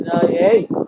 hey